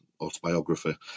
autobiography